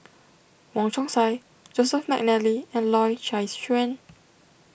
Wong Chong Sai Joseph McNally and Loy Chye Chuan